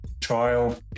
trial